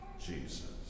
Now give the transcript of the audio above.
Jesus